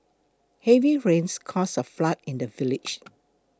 heavy rains caused a flood in the village